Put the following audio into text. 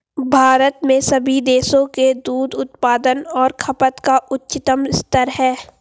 भारत में सभी देशों के दूध उत्पादन और खपत का उच्चतम स्तर है